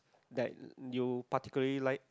like you particularly like